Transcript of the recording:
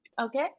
Okay